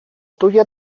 tuya